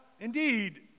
indeed